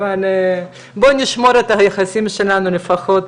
אבל בואו נשמור את היחסים שלנו לפחות